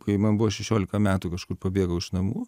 kai man buvo šešiolika metų kažkur pabėgau iš namų